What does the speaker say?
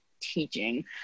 teaching